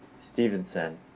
Stevenson